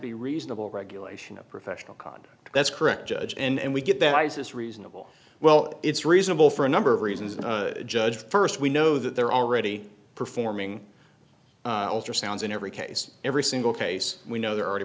be reasonable regulation of professional conduct that's correct judge and we get that isis reasonable well it's reasonable for a number of reasons the judge first we know that they're already performing sounds in every case every single case we know there are